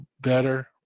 better